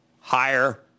higher